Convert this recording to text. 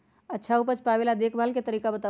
अच्छा उपज पावेला देखभाल के तरीका बताऊ?